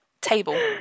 table